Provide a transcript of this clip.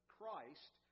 Christ